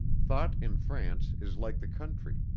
thought in france is like the country,